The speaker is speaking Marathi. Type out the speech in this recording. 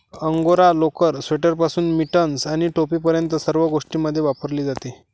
अंगोरा लोकर, स्वेटरपासून मिटन्स आणि टोपीपर्यंत सर्व गोष्टींमध्ये वापरली जाते